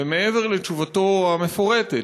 ומעבר לתשובתו המפורטת,